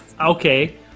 okay